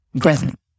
present